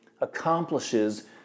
accomplishes